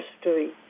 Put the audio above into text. history